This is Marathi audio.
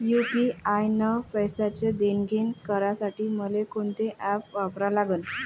यू.पी.आय न पैशाचं देणंघेणं करासाठी मले कोनते ॲप वापरा लागन?